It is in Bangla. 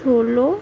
ষোলো